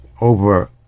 over